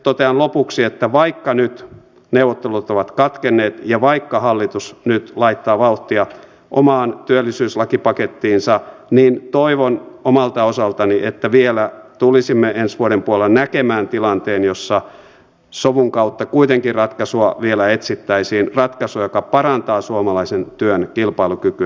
totean lopuksi että vaikka nyt neuvottelut ovat katkenneet ja vaikka hallitus nyt laittaa vauhtia omaan työllisyyslakipakettiinsa niin toivon omalta osaltani että vielä tulisimme ensi vuoden puolella näkemään tilanteen jossa sovun kautta kuitenkin ratkaisua etsittäisiin ratkaisua joka parantaa suomalaisen työn kilpailukykyä